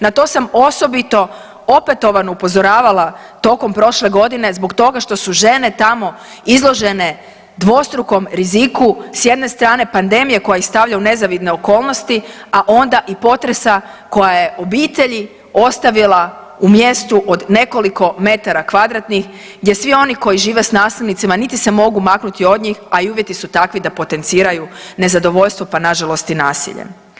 Na to sam osobito opetovano upozoravala tokom prošle godine zbog toga što su žene tamo izložene dvostrukom riziku, s jedne strane pandemije koja ih stavlja u nezavidne okolnosti, a onda i potresa koja je obitelji ostavila u mjestu od nekoliko metara kvadratnih, gdje svi oni koji žive s nasilnicima, niti se mogu maknuti od njih, a i uvjeti su takvi da potenciraju nezadovoljstvo, pa nažalost i nasilje.